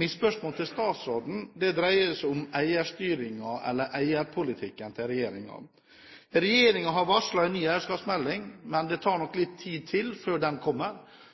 Mitt spørsmål til statsråden dreier seg om eierstyringen eller eierpolitikken til regjeringen. Regjeringen har varslet en ny eierskapsmelding, men det tar nok litt tid til før den kommer.